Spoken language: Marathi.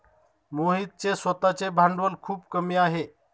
मोहितचे स्वतःचे भांडवल खूप कमी आहे